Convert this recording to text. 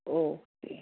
okay